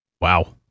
Wow